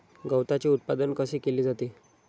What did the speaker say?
गवताचे उत्पादन कसे केले जाते?